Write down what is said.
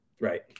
Right